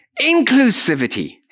Inclusivity